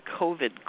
COVID